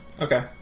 okay